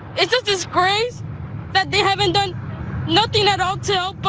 it's a disgrace that they haven't done nothing at all to but